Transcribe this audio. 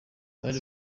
bari